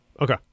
Okay